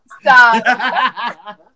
Stop